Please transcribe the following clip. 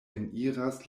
eniras